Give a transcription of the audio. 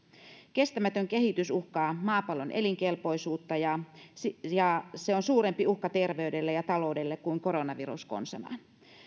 kestämätön kehitys uhkaa maapallon elinkelpoisuutta ja se ja se on suurempi uhka terveydelle ja taloudelle kuin koronavirus konsanaan